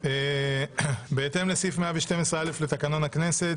"בהתאם לסעיף 112(א) לתקנון הכנסת,